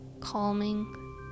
calming